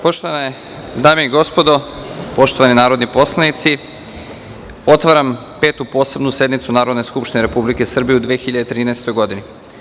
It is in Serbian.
Poštovane dame i gospodo, poštovani narodni poslanici, otvaram Petu posebnu sednicu Narodne skupštine Republike Srbije u 2013. godini.